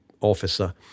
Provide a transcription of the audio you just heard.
officer